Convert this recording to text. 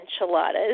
enchiladas